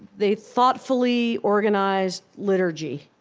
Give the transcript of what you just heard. they thoughtfully organized liturgy.